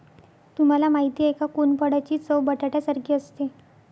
तुम्हाला माहिती आहे का? कोनफळाची चव बटाट्यासारखी असते